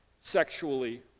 sexually